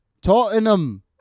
Tottenham